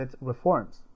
reforms